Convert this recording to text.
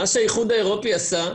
מה שהאיחוד האירופי עשה,